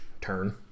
turn